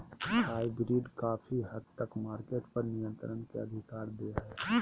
hybrid काफी हद तक मार्केट पर नियन्त्रण के अधिकार दे हय